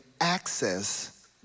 access